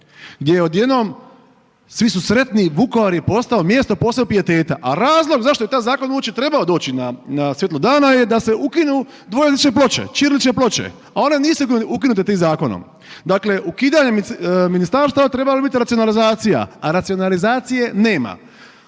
gdje je odjednom, svi su sretni, Vukovar je postao mjesto posebnog pijeteta, a razlog zašto je taj zakon uopće trebao doći na svjetlo dana je da se ukinu dvojezične ploče, ćirilične ploče, a one nisu ukinute tim zakonom. Dakle, ukidanjem ministarstava trebalo je biti racionalizacija, a racionalizacije nema.